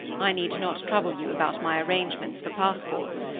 i need not trouble you about my arrangements for passports.